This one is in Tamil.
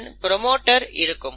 அதன் ப்ரோமோட்டர் இருக்கும்